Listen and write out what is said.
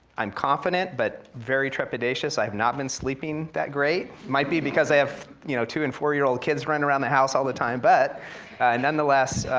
i'm confident, but very trepidatious. i have not been sleeping that great. might be because i have you know two and four year old kids running around the house all the time, but nonetheless,